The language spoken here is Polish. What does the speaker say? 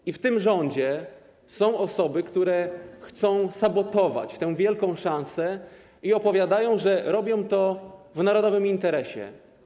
I w tym rządzie są osoby, które chcą sabotować tę wielką szansę i opowiadają, że robią to w narodowym interesie.